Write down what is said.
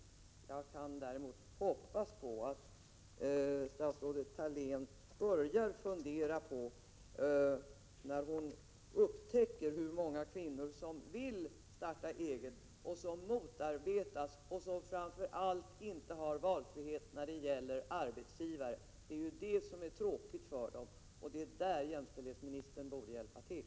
Jag kan däremot hoppas på att statsrådet Thalén börjar fundera på frågan, när hon upptäcker hur många kvinnor som vill starta eget och som motarbetas och som framför allt inte har valfrihet när det gäller arbetsgivare. Det är ju detta som är tråkigt för dem, och det är på den punkten som jämställdhetsministern borde hjälpa till.